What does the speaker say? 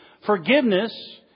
forgiveness